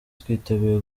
twiteguye